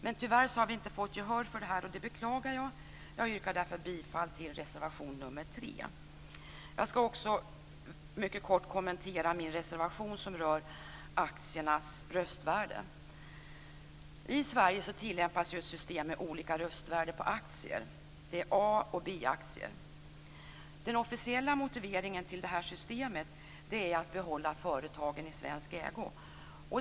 Men tyvärr har vi inte fått gehör för detta, och det beklagar jag. Jag yrkar därför bifall till reservation nr 3. Jag skall också mycket kort kommentera min reservation som rör aktiernas röstvärde. I Sverige tilllämpas ett system med olika röstvärde på aktier. Det är A och B-aktier. Den officiella motiveringen till det här systemet är att behålla företagen i svensk ägo.